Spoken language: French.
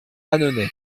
annonay